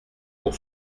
pour